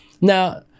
Now